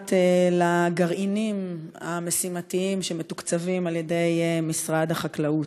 נוגעת לגרעינים המשימתיים שמתוקצבים על ידי משרד החקלאות,